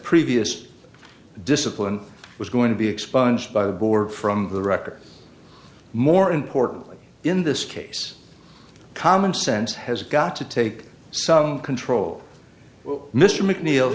previous discipline was going to be expunged by the board from the record more importantly in this case common sense has got to take some control well mr mcneil